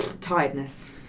Tiredness